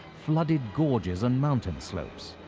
flooded gorges and mountain slopes.